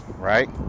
right